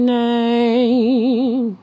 name